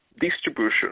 distribution